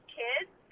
kids